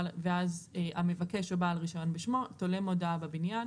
ואז המבקש או בעל רישיון בשמו תולה מודעה בבניין